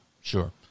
sure